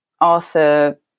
Arthur